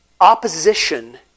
Opposition